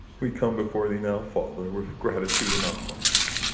we come before thee now, father, with gratitude in our hearts